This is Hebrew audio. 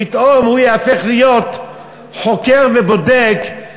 פתאום הוא ייהפך להיות חוקר ובודק את העניין.